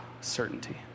certainty